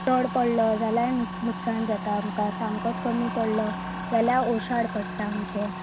चड पडलो जाल्यार लुकसाण जाता आमकां सामकोच कमी पडलो जाल्यार ओसाड पडटा आमचें